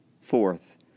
Fourth